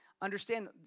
understand